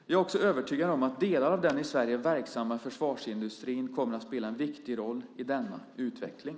Jag är också övertygad om att delar av den i Sverige verksamma försvarsindustrin kommer att spela en viktig roll i denna utveckling.